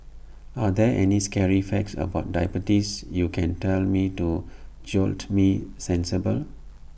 are there any scary facts about diabetes you can tell me to jolt me sensible